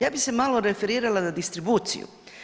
Ja bi se malo referirala na distribuciju.